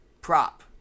prop